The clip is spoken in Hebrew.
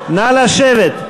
נא לשבת.